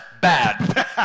Bad